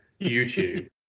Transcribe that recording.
YouTube